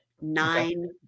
nine